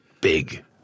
big